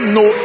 no